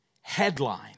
headline